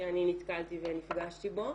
שאני נתקלתי ונפגשתי בו,